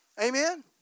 Amen